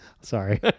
Sorry